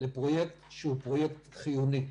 לפרויקט שהוא פרויקט חיוני.